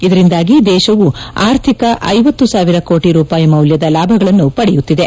ಇದರಿಂದಾಗಿ ದೇಶವು ಆರ್ಥಿಕ ಐವತ್ತು ಸಾವಿರ ಕೋಟ ರೂಪಾಯಿ ಮೌಲ್ಲದ ಲಾಭಗಳನ್ನು ಪಡೆಯುತ್ತಿದೆ